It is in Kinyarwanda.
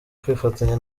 kwifatanya